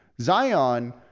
Zion